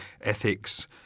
ethics